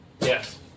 Yes